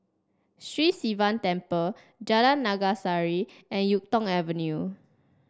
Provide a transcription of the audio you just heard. Sri Sivan Temple Jalan Naga Sari and YuK Tong Avenue